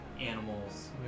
animals